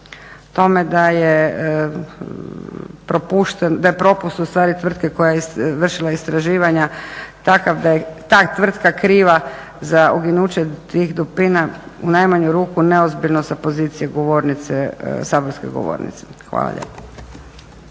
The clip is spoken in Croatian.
tome da je propust tvrtke koja je vršila istraživanja ta je tvrtka kriva za uginuće tih dupina u najmanju ruku neozbiljno sa pozicije saborske govornice. Hvala lijepo.